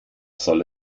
soll